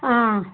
ஆ